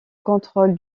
contrôle